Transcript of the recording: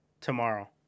tomorrow